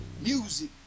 music